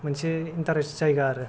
मोनसे इन्टारेस्ट जायगा आरो